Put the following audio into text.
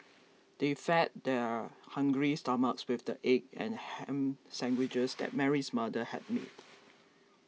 they fed their hungry stomachs with the egg and ham sandwiches that Mary's mother had made